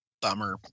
bummer